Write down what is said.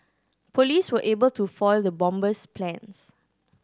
police were able to foil the bomber's plans